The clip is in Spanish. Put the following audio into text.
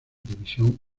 division